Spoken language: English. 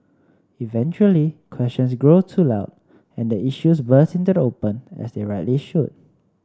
eventually questions grow too loud and the issues burst into the open as they rightly should